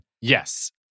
Yes